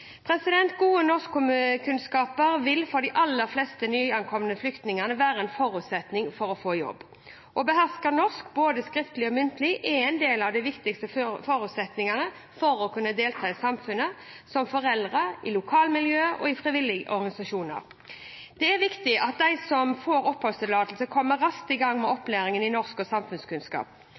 Gode norskkunnskaper vil for de aller fleste nyankomne flyktningene være en forutsetning for å få jobb. Å beherske norsk, både skriftlig og muntlig, er en del av de viktigste forutsetningene for å kunne delta i samfunnet – som foreldre, i lokalmiljøet og i frivillige organisasjoner. Det er viktig at de som får oppholdstillatelse, kommer raskt i gang med opplæringen i norsk og samfunnskunnskap.